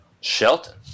Shelton